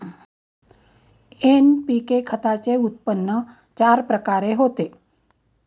NPK खताचे उत्पन्न चार प्रकारे होते